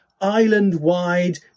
island-wide